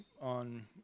on